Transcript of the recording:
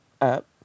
up